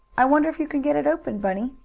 i wonder if you can get it open, bunny?